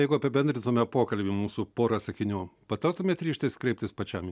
jeigu apibendrintume pokalbį mūsų pora sakinių patartumėt ryžtis kreiptis pačiam